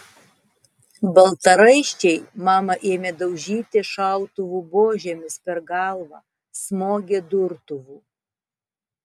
baltaraiščiai mamą ėmė daužyti šautuvų buožėmis per galvą smogė durtuvu